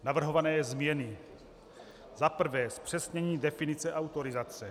Navrhované změny: Za prvé, zpřesnění definice autorizace.